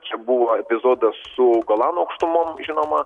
čia buvo epizodas su golano aukštumom žinoma